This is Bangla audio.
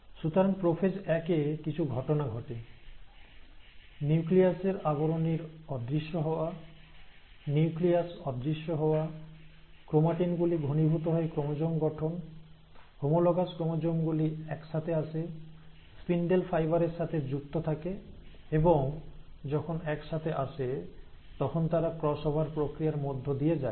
সুতরাং প্রোফেজ এক এ কিছু ঘটনা ঘটে নিউক্লিয়াসের আবরণীর অদৃশ্য হওয়া নিউক্লিয়াস অদৃশ্য হওয়া ক্রোমাটিন গুলি ঘনীভূত হয়ে ক্রোমোজোম গঠন হোমোলোগাস ক্রোমোজোম গুলি একসাথে আসে স্পিন্ডেল ফাইবার এর সাথে যুক্ত থাকে এবং যখন একসাথে আসে তখন তারা ক্রসওভার প্রক্রিয়ার মধ্য দিয়ে যায়